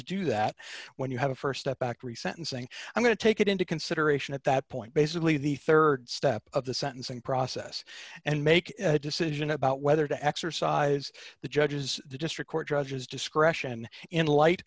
to do that when you have a st step back re sentencing i'm going to take it into consideration at that point basically the rd step of the sentencing process and make a decision about whether to exercise the judges the district court judge's discretion in light